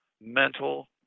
mental